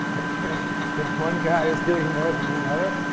if one guy's doing more than another,